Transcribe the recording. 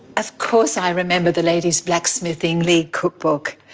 of course i remember the ladies blacksmithing league cookbook.